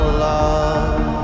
love